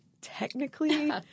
technically